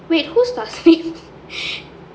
wait who's